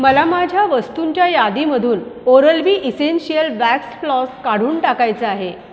मला माझ्या वस्तुंच्या यादीमधून oral B essential waxed floss काढून टाकायचा आहे